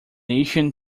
ancient